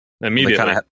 immediately